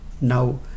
now